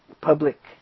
public